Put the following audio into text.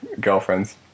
girlfriends